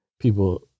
people